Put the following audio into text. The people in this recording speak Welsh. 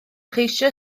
cheisio